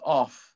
off